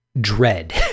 dread